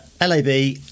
Lab